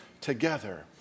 together